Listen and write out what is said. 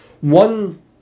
One